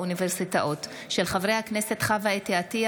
בהצעתם של חברי הכנסת חווה אתי עטייה,